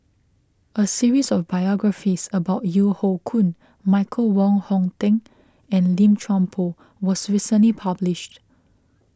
a series of biographies about Yeo Hoe Koon Michael Wong Hong Teng and Lim Chuan Poh was recently published